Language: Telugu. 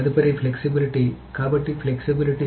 తదుపరిది ఫ్లెక్సిబిలిటీ కాబట్టి ఫ్లెక్సిబిలిటీ